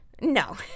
No